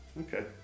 okay